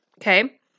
Okay